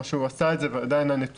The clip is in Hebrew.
או שהוא עשה את זה ועדיין הנתונים,